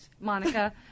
Monica